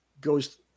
goes